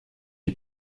les